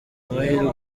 amahirwe